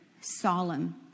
solemn